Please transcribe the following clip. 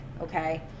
Okay